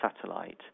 satellite